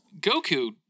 Goku